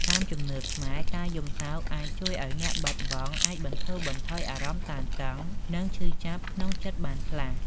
តាមជំនឿខ្មែរ ការយំសោកអាចជួយឱ្យអ្នកបាត់បង់អាចបន្ធូរបន្ថយអារម្មណ៍តានតឹង និងឈឺចាប់ក្នុងចិត្តបានខ្លះ។